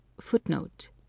footnote